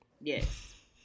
Yes